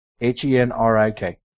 H-E-N-R-I-K